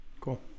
Cool